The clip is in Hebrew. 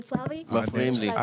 לצערי --- מפריעים לי.